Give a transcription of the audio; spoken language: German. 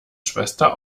schwester